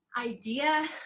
idea